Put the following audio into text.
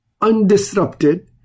Undisrupted